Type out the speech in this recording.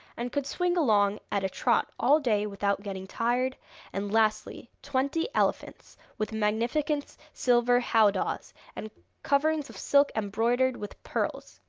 and could swing along at a trot all day without getting tired and, lastly, twenty elephants, with magnificent silver howdahs and coverings of silk embroidered with pearls.